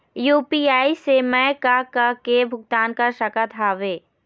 UPI से मैं का का के भुगतान कर सकत हावे?